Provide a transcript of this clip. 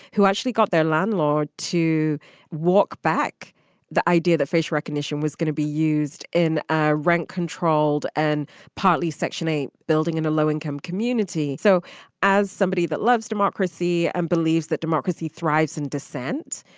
who actually got their landlord to walk back the idea that facial recognition was going to be used in ah rent controlled and partly section eight building in a low income community. so as somebody that loves democracy and believes that democracy thrives in dissent.